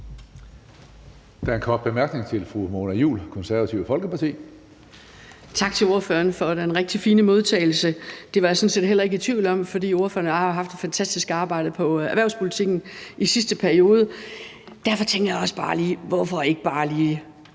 Der er en kort bemærkning til fru Mona Juul, Det Konservative Folkeparti. Kl. 14:22 Mona Juul (KF): Tak til ordføreren for den rigtig fine modtagelse. Det var jeg sådan set heller ikke i tvivl om der ville være, for ordføreren og jeg har jo haft et fantastisk samarbejde inden for erhvervspolitikken i sidste periode. Derfor tænkte jeg også bare: Hvorfor ikke bare lige